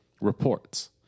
reports